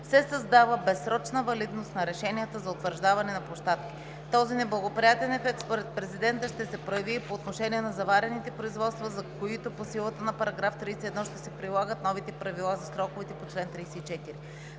се създава безсрочна валидност на решенията за утвърждаване на площадки. Този неблагоприятен ефект според Президента ще се прояви и по отношение на заварените производства, за които по силата на § 31 ще се прилагат новите правила за сроковете по чл. 34.